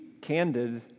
candid